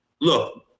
Look